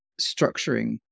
structuring